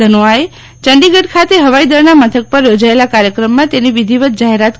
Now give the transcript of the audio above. ધનોઆએ ચંદીગઢ ખાતે હવાઈદળના મથક પર યોજાયેલા કાર્યક્રમમાં તેની વિધિવત જાહેરાત કરી હતી